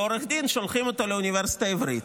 עורך דין שולחים לאוניברסיטה העברית,